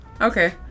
Okay